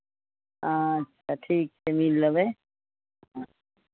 हँ तऽ ठीक छै मिल लेबै